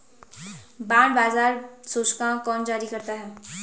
Bond बाजार सूचकांक कौन जारी करता है?